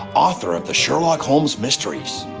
author of the sherlock holmes mysteries.